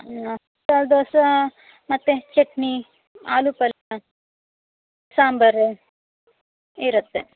ಮಸಾಲೆ ದೋಸೆ ಮತ್ತು ಚಟ್ನಿ ಆಲೂ ಪಲ್ಯ ಸಾಂಬಾರು ಇರುತ್ತೆ